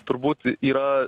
turbūt yra